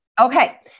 Okay